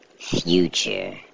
Future